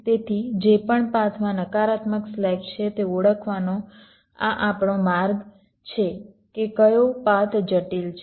તેથી જે પણ પાથમાં નકારાત્મક સ્લેક છે તે ઓળખવાનો આ આપણો માર્ગ છે કે કયો પાથ જટિલ છે